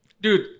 Dude